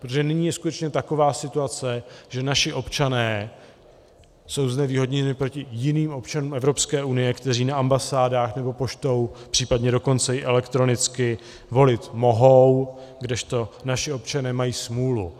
Protože nyní je skutečně situace taková, že naši občané jsou znevýhodněni proti jiným občanům Evropské unie, kteří na ambasádách nebo poštou, případně dokonce i elektronicky volit mohou, kdežto naši občané mají smůlu.